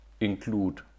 include